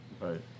Right